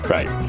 Right